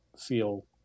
feel